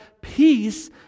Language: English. peace